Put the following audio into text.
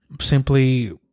Simply